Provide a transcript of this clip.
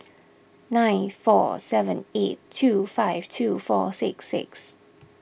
nine four seven eight two five two four six six